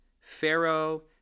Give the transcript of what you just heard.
Pharaoh